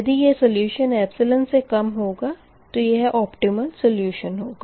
यदि यह solution epsilon से कम होगा तो यह ओपटिम्ल सोल्यूशन होगा